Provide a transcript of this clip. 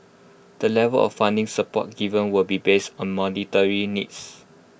the level of funding support given will be based on mobility needs